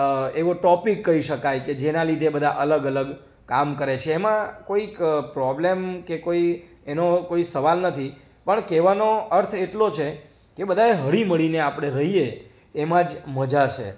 એવો ટોપિક કહી શકાય કે જેના લીધે બધા અલગ અલગ કામ કરે છે એમાં કોઈક પ્રોબ્લેમ કે કોઈક એનો કોઈ સવાલ નથી પણ કહેવાનો અર્થ એટલો છે કે બધાએ હળી મળીને આપણે રહીએ એમાં જ મજા છે